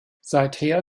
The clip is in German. seither